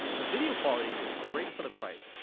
the video quality is great for the price.